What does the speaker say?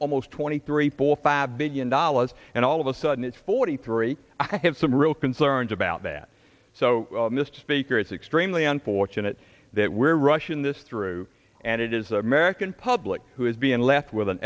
almost twenty three point five billion dollars and all of a sudden it's forty three i have some real concerns about that so mr speaker it's extremely unfortunate that we're russian this through and it is american public who has been left with an